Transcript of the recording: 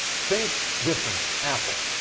think different, apple.